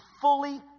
fully